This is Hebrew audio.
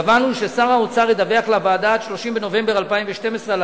קבענו ששר האוצר ידווח לוועדה עד 30 בנובמבר 2012 על